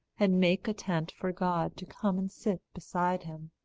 and make a tent for god to come and sit beside him.